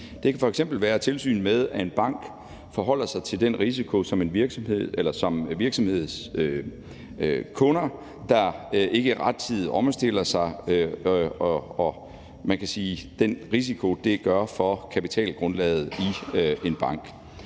Det kan f.eks. være tilsynet med, at en bank forholder sig til den risiko, som virksomhedskunder, der ikke rettidigt omstiller sig, udgør for kapitalgrundlaget i en bank.